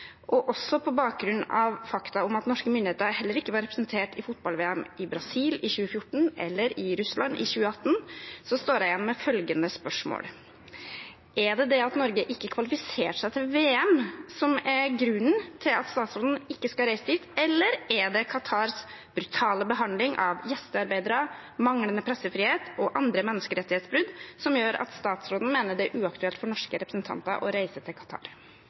og også på bakgrunn av de fakta at norske myndigheter heller ikke var representert i fotball-VM i Brasil i 2014 eller i Russland i 2018, står jeg igjen med følgende spørsmål: Er det det at Norge ikke kvalifiserte seg til VM, som er grunnen til at statsråden ikke skal reise dit, eller er det Qatars brutale behandling av gjestearbeidere, manglende pressefrihet og andre menneskerettighetsbrudd som gjør at statsråden mener at det er uaktuelt for norske representanter å reise til